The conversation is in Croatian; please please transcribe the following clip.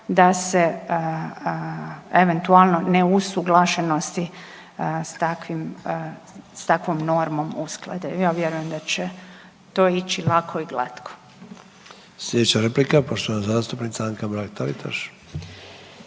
da se eventualno neusuglašenosti s takvom normom usklade. Ja vjerujem da će to ići lako i glatko. **Sanader, Ante (HDZ)** Slijedeća replika poštovana zastupnica Anka Mrak-Taritaš.